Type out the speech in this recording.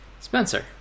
spencer